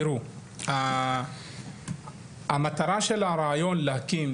תראו, המטרה של הרעיון להקים